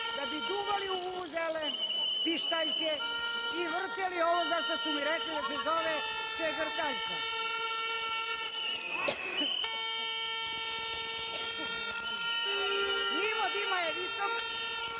da bi duvali u vuvuzele, pištaljke i vrteli ovo za šta su mi rekli da se zove čegrtaljka. Nivo dima je visok,